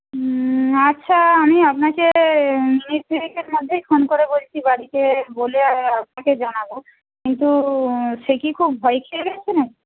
আচ্ছা আমি আপনাকে মিনিট তিনেকের মধ্যেই ফোন করে বলছি বাড়িতে বলে আপনাকে জানাব কিন্তু সে কি খুব ভয় খেয়ে গেছে নাকি